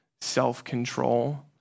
self-control